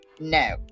No